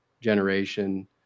generation